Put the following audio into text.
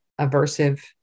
aversive